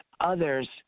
others